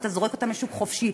אתה זורק אותן לשוק חופשי,